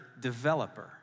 developer